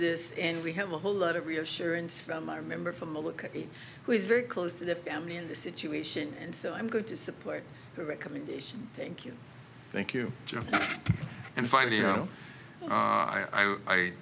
this and we have a whole lot of reassurance from i remember from the look he was very close to the family in this situation and so i'm going to support the recommendation thank you thank you joe and finally you know